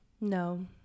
No